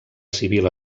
civil